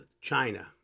China